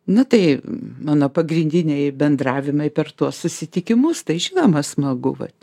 nu tai mano pagrindiniai bendravimai per tuos susitikimus tai žinoma smagu vat